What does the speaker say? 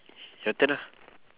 your turn ah